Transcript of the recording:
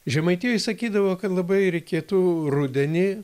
žemaitijoj sakydavo kad labai reikėtų rudenį